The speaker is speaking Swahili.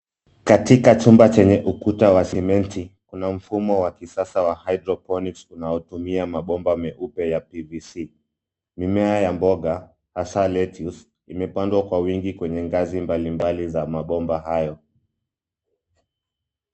Katika chumba chenye ukuta wa cement kuna mfumo wa kisasa wa hydroponic unaotumia mabomba meupe ya PVC.Mimea ya mboga, hasa lettuce imepandwa kwa wingi kwenye ngazi mbalimbali za mabomba hayo.